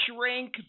shrink